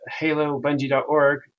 Halobungie.org